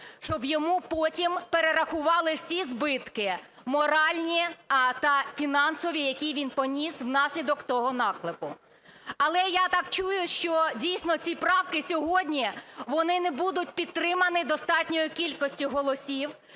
щоб йому потім перерахували всі збитки моральні та фінансові, які він поніс внаслідок того наклепу. Але, я так чую, що дійсно ці правки сьогодні, вони не будуть підтримані достатньою кількістю голосів.